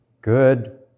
Good